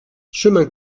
chemin